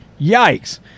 Yikes